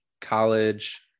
college